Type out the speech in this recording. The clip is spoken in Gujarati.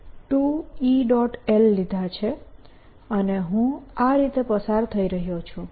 l લીધા છે અને હું આ રીતે પસાર થઈ રહ્યો છું